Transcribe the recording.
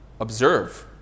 observe